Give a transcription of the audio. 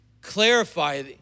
clarify